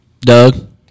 Doug